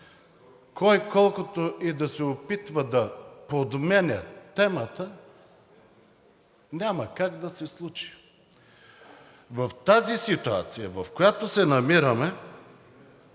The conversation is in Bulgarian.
Кой колкото и да се опитва да подменя темата, няма как да се случи. В тази ситуация, в която се намираме,